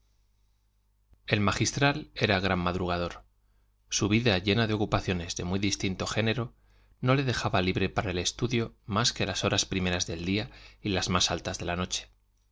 el magistral era gran madrugador su vida llena de ocupaciones de muy distinto género no le dejaba libre para el estudio más que las horas primeras del día y las más altas de la noche